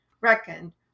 reckoned